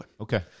Okay